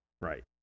Right